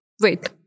Wait